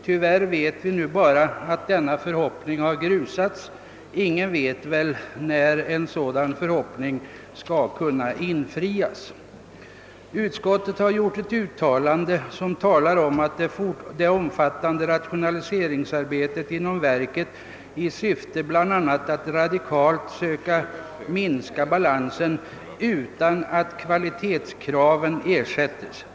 Tyvärr vet vi nu bara att denna förhoppning har grusats; ingen kan väl säga när den skall kunna infrias. Utskottet har uttalat att ett omfattande rationaliseringsarbete bedrivs inom verket i syfte bl.a. att radikalt söka minska balansen av oavgjorda patentärenden utan att kvalitetskraven eftersätts.